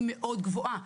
היא מאוד גבוהה.